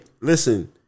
listen